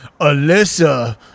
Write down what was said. Alyssa